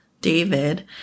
David